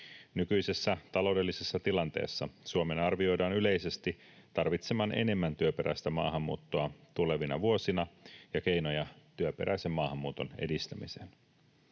Nykyisessä taloudellisessa tilanteessa Suomen arvioidaan yleisesti tarvitsevan enemmän työperäistä maahanmuuttoa tulevina vuosina ja keinoja työperäisen maahanmuuton edistämiseen.